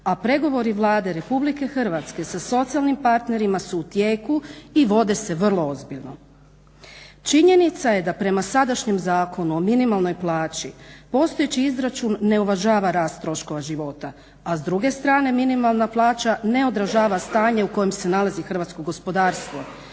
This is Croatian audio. a pregovori Vlade RH sa socijalnim partnerima su u tijeku i vode se vrlo ozbiljno. Činjenica je da prema sadašnjem Zakonu o minimalnoj plaći postojeći izračun ne uvažava rast troškova života, a s druge strane minimalna plaća ne održava stanje u kojem se nalazi hrvatsko gospodarstvo.